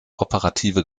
operative